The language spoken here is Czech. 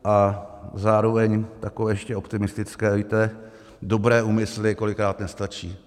A zároveň takové ještě optimistické: Víte, dobré úmysly kolikrát nestačí.